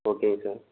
okay sir